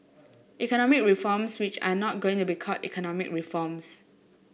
economic reforms which are not going to be called economic reforms